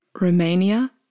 Romania